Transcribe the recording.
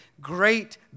great